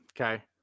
okay